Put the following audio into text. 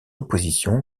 opposition